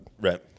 right